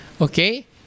Okay